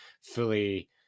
fully